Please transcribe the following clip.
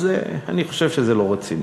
אז אני חושב שזה לא רציני.